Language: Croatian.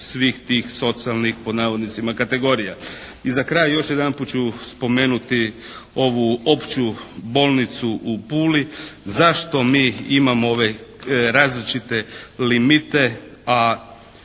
svih tih socijalnih "kategorija". I za kraj još jedanput ću spomenuti ovu Opću bolnicu u Puli. Zašto mi imamo ove različite limite,